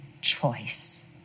choice